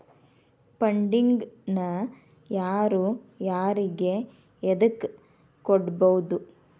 Funding ನ ಯಾರು ಯಾರಿಗೆ ಎದಕ್ಕ್ ಕೊಡ್ಬೊದು?